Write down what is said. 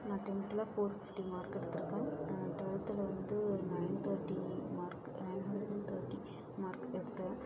நான் டென்த்தில் four fifty mark எடுத்திருக்கேன் டுவெல்த்தில் வந்து nine thirty mark nine hundred and thirty mark எடுத்தேன்